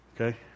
Okay